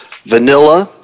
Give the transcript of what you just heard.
Vanilla